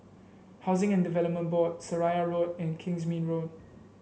Housing and Development Board Seraya Road and Kingsmead Road